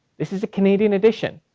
this is a canadian edition.